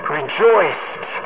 rejoiced